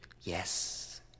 yes